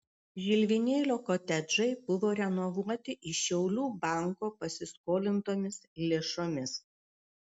žilvinėlio kotedžai buvo renovuoti iš šiaulių banko pasiskolintomis lėšomis